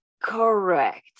correct